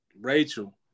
Rachel